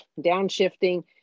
downshifting